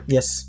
Yes